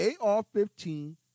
AR-15